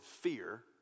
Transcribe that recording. fear